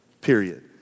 period